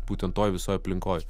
būtent toj visoj aplinkoj